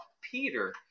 Peter